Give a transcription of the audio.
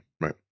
right